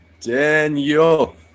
Daniel